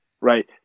right